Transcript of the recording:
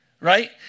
right